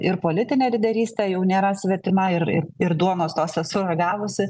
ir politinė lyderystė jau nėra svetima ir ir ir duonos tos esu ragavusi